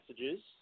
messages